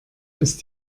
ist